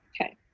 Okay